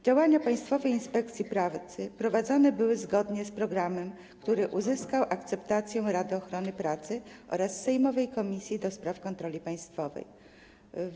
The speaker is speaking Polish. Działania Państwowej Inspekcji Pracy prowadzone były zgodnie z programem, który uzyskał akceptację Rady Ochrony Pracy oraz sejmowej Komisji do Spraw Kontroli Państwowej.